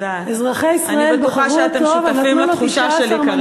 אזרחי ישראל בחרו אותו ונתנו לו 19 מנדטים,